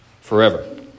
forever